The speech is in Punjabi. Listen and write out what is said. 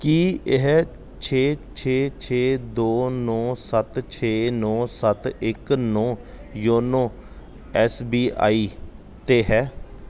ਕੀ ਇਹ ਛੇ ਛੇ ਛੇ ਦੋ ਨੌਂ ਸੱਤ ਛੇ ਨੌਂ ਸੱਤ ਇੱਕ ਨੌਂ ਯੋਨੋ ਐਸ ਬੀ ਆਈ 'ਤੇ ਹੈ